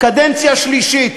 קדנציה שלישית.